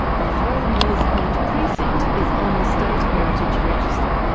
the whole millers point precinct is on the state heritage register.